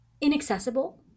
inaccessible